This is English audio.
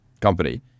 company